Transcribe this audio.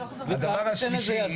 הדבר השלישי,